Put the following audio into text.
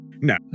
No